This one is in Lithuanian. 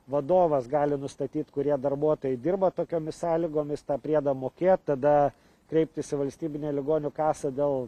vadovas gali nustatyt kurie darbuotojai dirba tokiomis sąlygomis tą priedą mokėt tada kreiptis į valstybinę ligonių kasą dėl